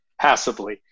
passively